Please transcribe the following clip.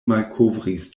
malkovris